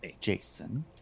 Jason